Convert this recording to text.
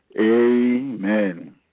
amen